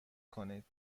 کنید